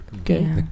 Okay